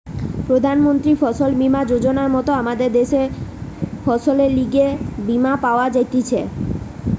প্রধান মন্ত্রী ফসল বীমা যোজনার মত আমদের দ্যাশে ফসলের লিগে বীমা পাওয়া যাইতেছে